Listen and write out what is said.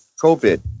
COVID